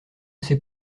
ces